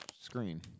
screen